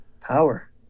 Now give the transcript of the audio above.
Power